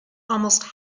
almost